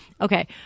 Okay